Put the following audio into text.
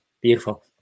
Beautiful